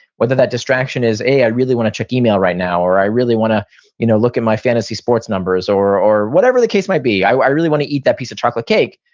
whether that distraction is i really want to check email right now. or i really want to you know look at my fantasy sports numbers. or or whatever the case might be. i i really want to eat that piece of chocolate cake.